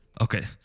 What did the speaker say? Okay